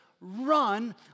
run